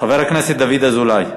חבר הכנסת דוד אזולאי,